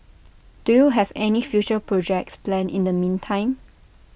do you have any future projects planned in the meantime